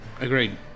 Agreed